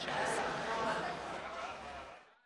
מקום מיוחד